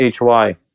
Hy